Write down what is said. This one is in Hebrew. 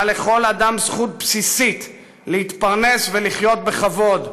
שבה לכל אדם זכות בסיסית להתפרנס ולחיות בכבוד,